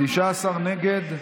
19 נגד.